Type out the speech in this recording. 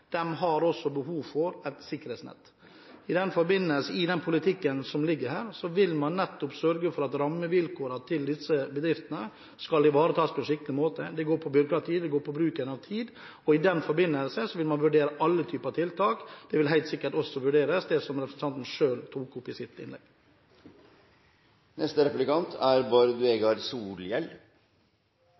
politikken som ligger her, vil man sørge for at rammevilkårene til disse bedriftene blir ivaretatt på en skikkelig måte. Det handler om byråkrati og bruken av tid, og i den forbindelse vil man vurdere alle typer tiltak. Det som representanten selv tok opp i sitt innlegg, vil helt sikkert også vurderes. Det vert mange gratulasjonar i dag, men gratulerer med – som eg las i avisa – kanskje den viktigaste jobben for regjeringa dei neste